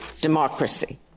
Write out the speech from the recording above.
democracy